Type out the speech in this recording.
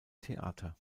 theater